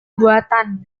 buatan